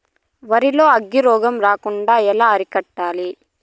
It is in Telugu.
వరి లో అగ్గి రోగం రాకుండా ఎలా అరికట్టాలి?